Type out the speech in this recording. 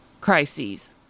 crises